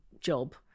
job